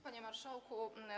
Panie Marszałku!